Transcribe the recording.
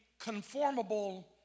conformable